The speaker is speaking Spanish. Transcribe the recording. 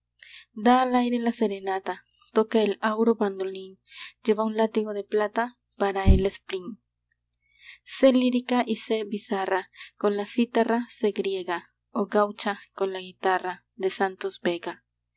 al aire la serenata toca el áuro bandolín lleva un látigo de plata para el spleen sé lírica y sé bizarra con la cítara sé griega o gaucha con la guitarra de santos vega